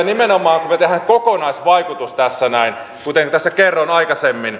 nimenomaan me teemme kokonaisvaikutuksen kuten tässä kerroin aikaisemmin